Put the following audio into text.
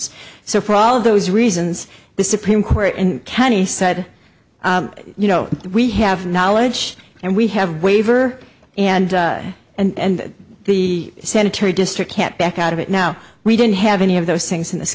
so for all of those reasons the supreme court and county said you know we have knowledge and we have waiver and and the senator district can't back out of it now we didn't have any of those things in this